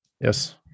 Yes